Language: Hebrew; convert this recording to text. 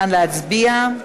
נא להצביע.